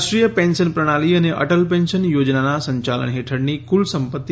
રાષ્ટ્રીય પેન્શન પ્રણાલી અને અટલ પેન્શન યોજનાના સંચાલન હેઠળની કુલ સંપત્તિ